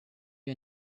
you